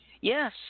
Yes